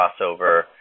crossover